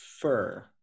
fur